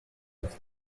like